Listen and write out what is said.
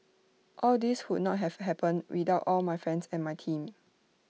all this would not have happened without all my friends and my team